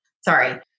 Sorry